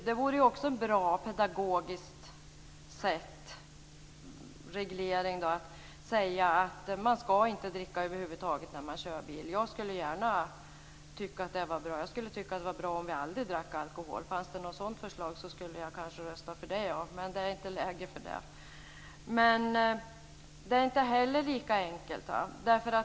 Det vore ett bra och pedagogiskt sätt att säga att man inte skall dricka över huvud taget när man kör bil. Jag skulle tycka att det var bra. Jag skulle tycka att det var bra om vi aldrig drack alkohol. Fanns det ett sådant förslag skulle jag kanske rösta för det, men det är inte läge för det. Det är inte heller så enkelt.